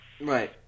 Right